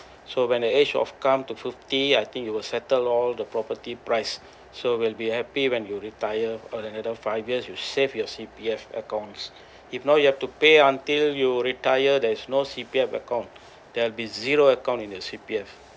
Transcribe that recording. so when the age of come to fifty I think you will settle all the property price so will be happy when you retire for another five years you save your C_P_F accounts if not you have to pay until you retire there is no C_P_F account there'll be zero account in your C_P_F